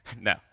No